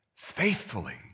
faithfully